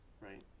Right